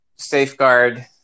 safeguard